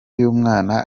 y’umwana